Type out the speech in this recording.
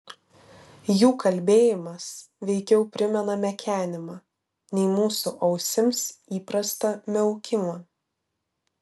jų kalbėjimas veikiau primena mekenimą nei mūsų ausims įprastą miaukimą